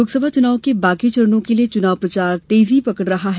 लोकसभा चुनाव के बाकी चरणों के लिए चुनाव प्रचार तेजी पकड़ रहा है